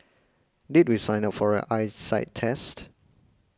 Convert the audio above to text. did we sign up for an eyesight test